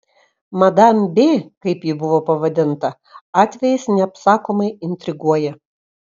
madam b kaip ji buvo pavadinta atvejis neapsakomai intriguoja